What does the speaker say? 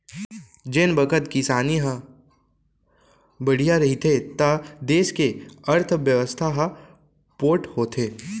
जेन बखत किसानी ह बड़िहा रहिथे त देस के अर्थबेवस्था ह पोठ होथे